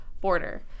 border